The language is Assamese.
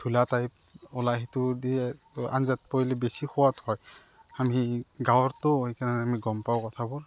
ধূলা টাইপ ওলায় সেইটো দিয়ে আঞ্জাত পৰিলে বেছি সোৱাদ হয় আমি গাঁৱৰতো সেইকাৰণে আমি গম পাওঁ কথাবোৰ